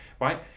right